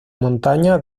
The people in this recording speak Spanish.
montaña